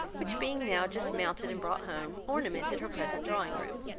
which being now just mounted and brought home, ornamented her present drawing room